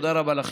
תודה רבה לכם.